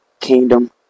Kingdom